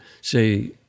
say